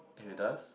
if it does